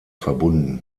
verbunden